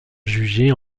juger